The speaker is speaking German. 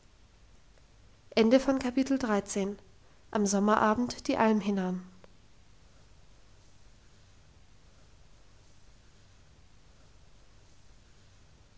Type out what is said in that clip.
am sommerabend die alm hinan